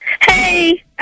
Hey